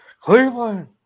Cleveland